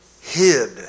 hid